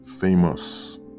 famous